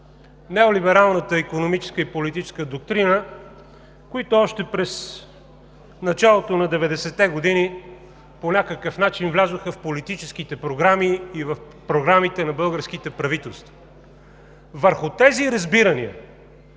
неолибералната икономическа и политическа доктрина, които още през началото на 90-те години по някакъв начин влязоха в политическите програми и в програмите на българските правителства. Върху тези разбирания